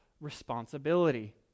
responsibility